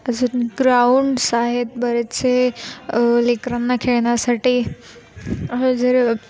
अजून ग्राउंड्स आहेत बरेचसे लेकरांना खेळण्यासाठी जर